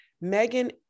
Megan